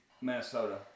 Minnesota